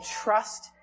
trust